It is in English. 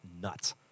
nuts